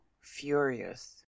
furious